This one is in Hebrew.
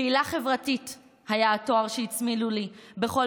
"פעילה חברתית" היה התואר שהצמידו לי בכל